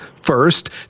First